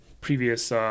previous